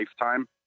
lifetime